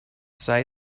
sei